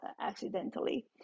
accidentally